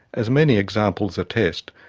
as many examples attest,